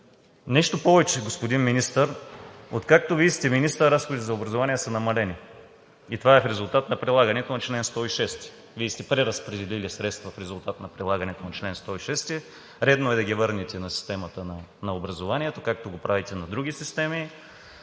Нещо повече, господин Министър, откакто Вие сте министър, разходите за образование са намалени, и това е в резултат на прилагането на чл. 106. Вие сте преразпределили средства в резултат на прилагането на чл. 106, редно е да ги върнете на системата на образованието, както го правите на други системи.